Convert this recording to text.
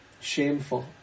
shameful